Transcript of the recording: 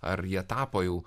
ar jie tapo jų